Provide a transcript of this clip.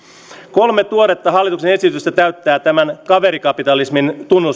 kolme tuoretta hallituksen esitystä täyttää tämän kaverikapitalismin tunnusmerkistöt